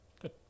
Good